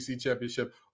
championship